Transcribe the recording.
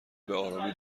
بهآرامی